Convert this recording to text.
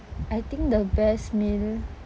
I think the best meal